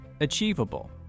achievable